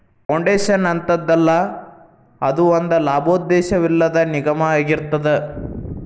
foundation ಅಂತದಲ್ಲಾ, ಅದು ಒಂದ ಲಾಭೋದ್ದೇಶವಿಲ್ಲದ್ ನಿಗಮಾಅಗಿರ್ತದ